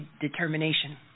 determination